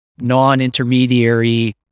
non-intermediary